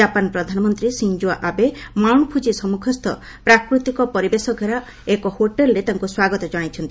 Japan ପ୍ରଧାନମନ୍ତ୍ରୀ Shinzo Abe Mount Fuji ସମ୍ମୁଖସ୍ଥ ପ୍ରାକୃତିକ ପରିବେଶଘେରା ଏକ ହୋଟେଲ୍ରେ ତାଙ୍କୁ ସ୍ୱାଗତ କଣାଇଛନ୍ତି